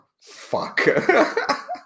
Fuck